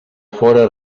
fóra